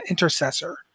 intercessor